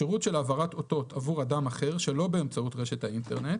שירות של העברת אותות עבור אדם אחר שלא באמצעות רשת האינטרנט,